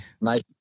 nice